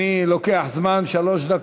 אתה רוצה לשים